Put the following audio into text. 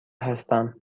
هستم